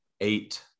eight